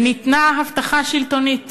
וניתנה הבטחה שלטונית